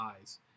eyes